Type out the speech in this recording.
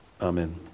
Amen